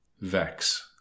vex